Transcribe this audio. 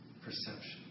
Perception